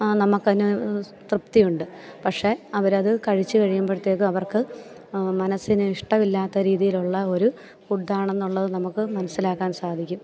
നമുക്കതിന് തൃപ്തിയുണ്ട് പക്ഷേ അവരത് കഴിച്ചു കഴിയുമ്പഴത്തേക്കും അവർക്ക് മനസിന് ഇഷ്ടമില്ലാത്ത രീതിയിലുള്ള ഒരു ഫുഡാണെന്നുള്ളതു നമുക്ക് മനസിലാക്കാൻ സാധിക്കും